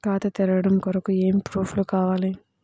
ఖాతా తెరవడం కొరకు ఏమి ప్రూఫ్లు కావాలి?